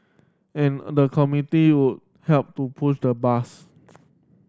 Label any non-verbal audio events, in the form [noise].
and the [unintelligible] would help to push the bus